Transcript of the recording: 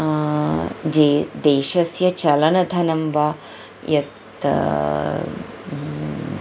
जे देशस्य चलनधनं वा यत्